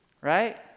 Right